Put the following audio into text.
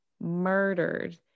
murdered